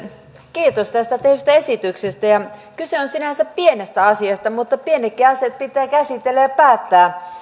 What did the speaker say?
kiitos tästä tehdystä esityksestä kyse on sinänsä pienestä asiasta mutta pienetkin asiat pitää käsitellä ja päättää